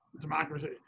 Democracy